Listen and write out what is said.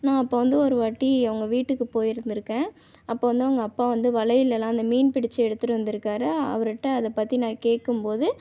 நான் அப்போ வந்து ஒருவாட்டி அவங்க வீட்டுக்கு போயிருந்துருக்கேன் அப்போ வந்து அவங்க அப்பா வந்து வலையிலெலாம் அந்த மீன் பிடித்து எடுத்துகிட்டு வந்துருக்காரு அவருகிட்ட அதைப் பற்றி நான் கேட்கும் போது